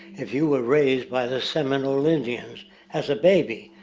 if you were raised by the seminole indians as a baby,